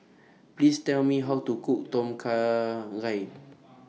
Please Tell Me How to Cook Tom Kha Gai